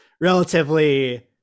relatively